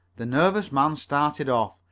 the nervous man started off.